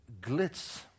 glitz